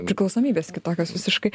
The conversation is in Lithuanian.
priklausomybės kitokios visiškai